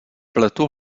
pletu